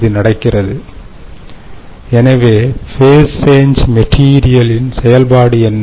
இது நடக்கிறது எனவே ஃபேஸ் சேஞ் மெட்டீரியலின் செயல்பாடு என்ன